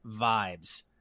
vibes